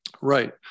Right